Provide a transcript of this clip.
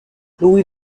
louis